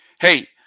Hey